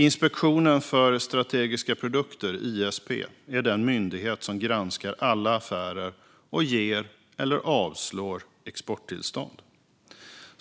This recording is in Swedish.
Inspektionen för strategiska produkter, ISP, är den myndighet som granskar alla affärer och ger eller avslår exporttillstånd.